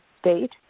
state